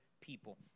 people